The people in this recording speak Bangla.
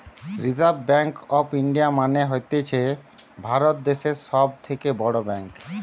রিসার্ভ ব্যাঙ্ক অফ ইন্ডিয়া মানে হতিছে ভারত দ্যাশের সব থেকে বড় ব্যাঙ্ক